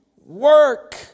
work